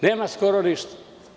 Nema skoro ništa.